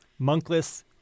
monkless